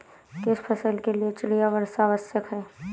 किस फसल के लिए चिड़िया वर्षा आवश्यक है?